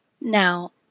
Now